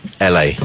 LA